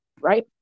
Right